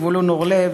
זבולון אורלב,